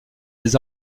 des